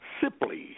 simply